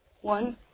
One